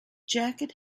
jacket